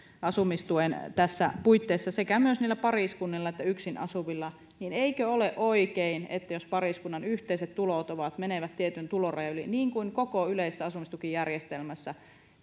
asumistuen puitteissa sekä myös niillä pariskunnilla ja yksin asuvilla niin eikö ole oikein että jos pariskunnan yhteiset tulot menevät tietyn tulorajan yli niin kuin koko yleisessä asumistukijärjestelmässä